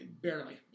Barely